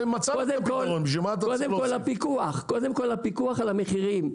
קודם כל הפיקוח על המחירים.